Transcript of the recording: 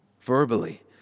verbally